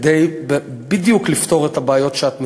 כדי לפתור בדיוק את הבעיות שאת מתארת.